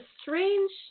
strange